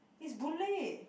is Boon-Lay